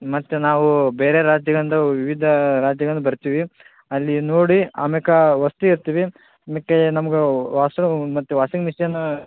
ಮತ್ತೆ ನಾವು ಬೇರೆ ರಾಜ್ಯಗಳಿಂದ ವಿವಿಧ ರಾಜ್ಯಗಳಿಂದ ಬರ್ತೀವಿ ಅಲ್ಲಿ ನೋಡಿ ಆಮೇಕೆ ವಸತಿ ಇರ್ತೀವಿ ಮಿಕ್ಕ ನಮ್ಗೆ ಮತ್ತೆ ವಾಷಿಂಗ್ ಮಿಷನ್